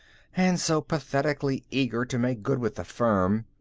and so pathetically eager to make good with the firm,